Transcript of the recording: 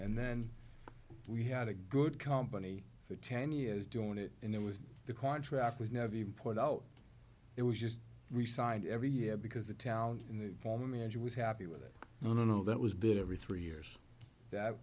and then we had a good company for ten years doing it and there was the contract was never even put out it was just resigned every year because the talent in the former manager was happy with it no no no that was built every three years that